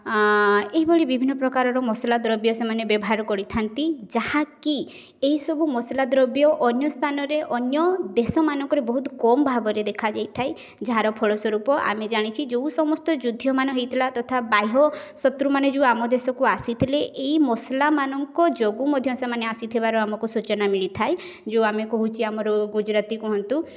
ଏହିଭଳି ବିଭିନ୍ନ ପ୍ରକାରର ମସଲା ଦ୍ରବ୍ୟ ସେମାନେ ବ୍ୟବହାର କରିଥାନ୍ତି ଯାହାକି ଏହି ସବୁ ମସଲା ଦ୍ରବ୍ୟ ଅନ୍ୟ ସ୍ଥାନରେ ଅନ୍ୟ ଦେଶମାନଙ୍କରେ ବହୁତ କମ୍ ଭାବରେ ଦେଖାଯାଇଥାଏ ଯାହାର ଫଳ ସ୍ୱରୂପ ଆମେ ଜାଣିଛେ ଯେଉଁ ସମସ୍ତ ଯୁଦ୍ଧମାନ ହେଇଥିଲା ତଥା ବାହ୍ୟ ଶତ୍ରୁମାନେ ଯେଉଁ ଆମ ଦେଶକୁ ଆସିଥିଲେ ଏଇ ମସଲାମାନଙ୍କ ଯୋଗୁଁ ମଧ୍ୟ ସେମାନେ ଆସିଥିବାର ଆମକୁ ସୁଚନା ମିଳିଥାଏ ଯେଉଁ ଆମେ କହୁଛେ ଆମର ଗୁଜୁରାତି କୁହନ୍ତୁ